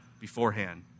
beforehand